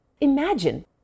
Imagine